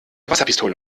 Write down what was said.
wasserpistole